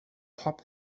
pop